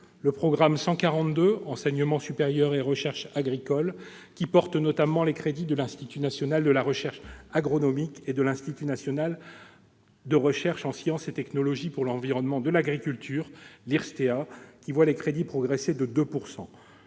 Le programme 142, « Enseignement supérieur et recherche agricoles », qui porte, notamment, les crédits de l'Institut national de la recherche agronomique, l'INRA, et de l'Institut national de recherche en sciences et technologies pour l'environnement et l'agriculture, l'IRSTEA, voit ses crédits progresser de 2 %.